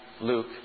Luke